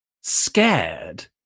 scared